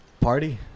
party